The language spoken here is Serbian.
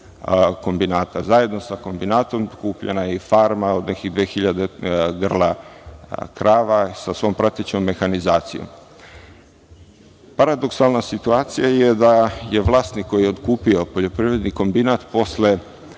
kombinata. Zajedno sa kombinatom kupljena je i farma od 2000 grla krava sa svom pratećom mehanizacijom. Paradoksalna situacija je da je vlasnik koji je otkupio poljoprivredni kombinat posle